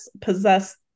possess